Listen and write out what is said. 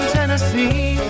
Tennessee